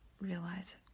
realize